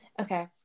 Okay